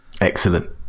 excellent